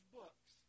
books